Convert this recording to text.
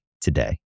today